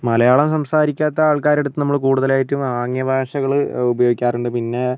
മലയാളം സംസാരിക്കാത്ത ആൾക്കാരടുത്ത് നമ്മൾ കൂടുതലായിട്ടും ആംഗ്യ ഭാഷകൾ ഉപയോഗിക്കാറുണ്ട് പിന്നെ